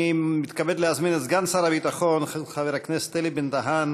אני מתכבד להזמין את סגן שר הביטחון חבר הכנסת אלי בן-דהן